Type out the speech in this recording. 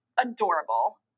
adorable